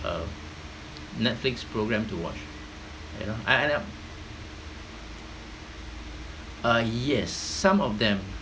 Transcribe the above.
um netflix program to watch you know I end up uh yes some of them